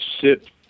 sit